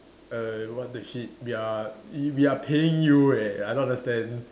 err what deep shit we are i~ we are paying you eh I don't understand